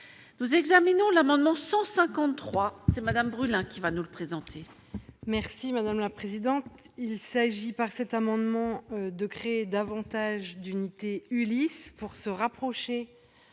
Nous examinons l'amendement 153 c'est madame brûlant qui va nous le présenter. Merci madame la présidente, il s'agit par cet amendement de créer davantage d'unité Ulysse pour se rapprocher